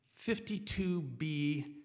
52B